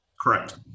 Correct